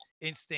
instinct